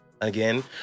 again